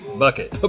bucket? ah